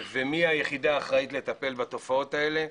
ומי היחידה האחראית לטפל בתופעות האלה.